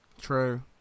true